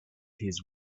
his